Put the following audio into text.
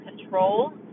control